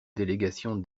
délégation